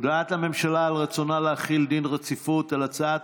הודעת הממשלה על רצונה להחיל דין רציפות על הצעת